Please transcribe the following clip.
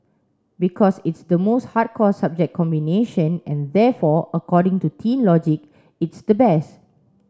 because it's the most hardcore subject combination and therefore according to teen logic it's the best